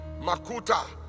makuta